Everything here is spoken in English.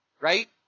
right